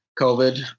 COVID